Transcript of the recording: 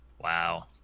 Wow